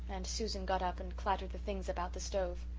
and susan got up and clattered the things about the stove.